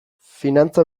finantza